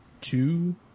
two